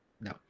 no